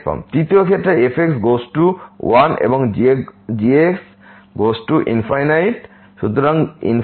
তৃতীয় ক্ষেত্রে যখন f goes to 1এবং g goes to